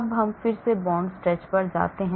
अब हम फिर से बॉन्ड स्ट्रेच पर जाते हैं